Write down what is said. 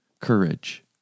Courage